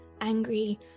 angry